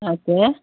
okay